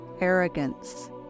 arrogance